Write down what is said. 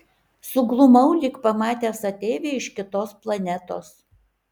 suglumau lyg pamatęs ateivį iš kitos planetos